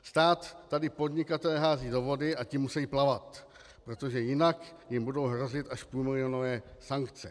Stát tady podnikatele hází do vody a ti musejí plavat, protože jinak jim budou hrozit až půlmilionové sankce.